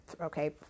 okay